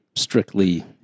Strictly